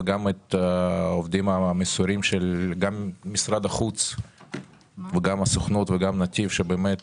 וגם את העובדים המסורים גם של משרד החוץ וגם הסוכנות וגם נתיב שבאמת